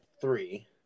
three